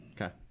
Okay